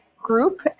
group